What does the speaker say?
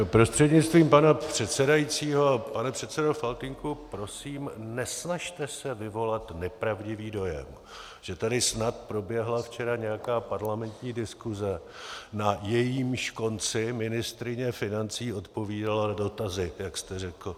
Prostřednictvím pana předsedajícího pane předsedo Faltýnku, prosím, nesnažte se vyvolat nepravdivý dojem, že tady snad proběhla včera nějaká parlamentní diskuse, na jejímž konci ministryně financí odpovídala na dotazy, jak jste řekl.